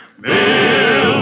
Bill